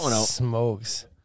smokes